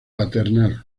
paternal